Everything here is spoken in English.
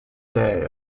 day